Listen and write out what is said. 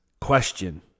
question